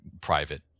private